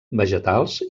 vegetals